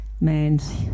man's